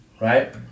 right